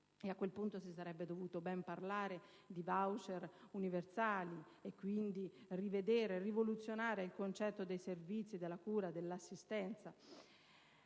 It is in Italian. A quel punto si sarebbe dovuto ben parlare di *voucher* universali e quindi rivedere e rivoluzionare il concetto dei servizi di cura e di assistenza.